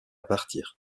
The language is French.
partir